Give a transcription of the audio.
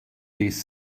ist